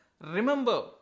remember